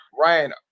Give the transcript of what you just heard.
ryan